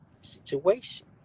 situation